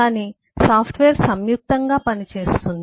కానీ సాఫ్ట్వేర్ సంయుక్తంగా పనిచేస్తుంది